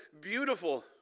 beautiful